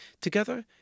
Together